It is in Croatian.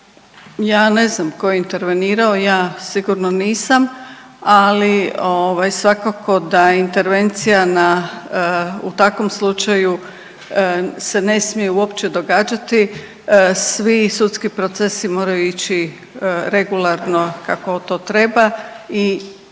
Ja ne znam tko je intervenirao, ja sigurno nisam, ali ovaj svakako da intervencija na, u takvom slučaju se ne smije uopće događati. Svi sudski procesi moraju ići regularno kako to treba i